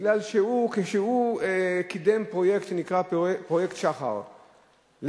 הוא קידם פרויקט שנקרא פרויקט שח"ר,